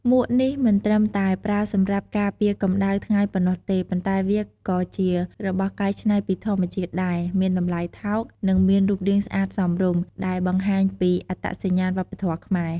មួកនេះមិនត្រឹមតែប្រើសម្រាប់ការពារកំដៅថ្ងៃប៉ុណ្ណោះទេ ប៉ុន្តែវាក៏ជារបស់កែច្នៃពីធម្មជាតិដែលមានតម្លៃថោក និងមានរូបរាងស្អាតសមរម្យ ដែលបង្ហាញពី អត្តសញ្ញាណវប្បធម៌ខ្មែរ។